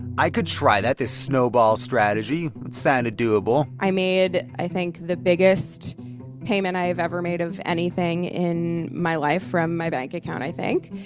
i could try that, this snowball strategy sounded doable i made, i think, the biggest payment i've ever made of anything in my life from my bank account, i think.